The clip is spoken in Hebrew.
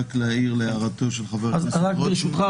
רק להעיר להערתו של חבר הכנסת רוטמן --- רק ברשותך,